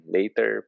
Later